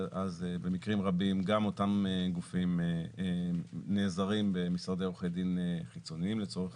במקרים רבים גם אותם גופים נעזרים במשרדי עורכי דין חיצוניים לצורך